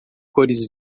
cores